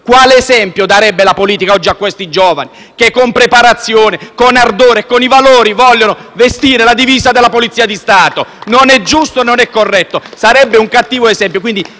Quale esempio darebbe la politica oggi a questi giovani che, con preparazione, con ardore, con i valori, vogliono vestire la divisa della Polizia di Stato? *(Applausi dal Gruppo FI-BP)*. Non è giusto e non è corretto; sarebbe un cattivo esempio.